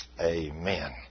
amen